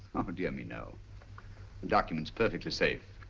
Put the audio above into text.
um but dear me, no. the document's perfectly safe.